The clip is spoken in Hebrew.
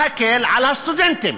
להקל על הסטודנטים.